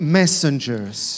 messengers